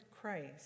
Christ